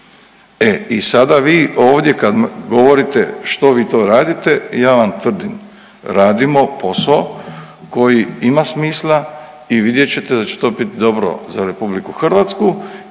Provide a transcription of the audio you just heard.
E i sada vi ovdje kad govorite što vi to radite, ja vam tvrdim radimo posao koji ima smisla i vidjet ćete da će to biti dobro za RH i radimo